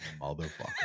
motherfucker